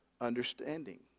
understanding